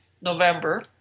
november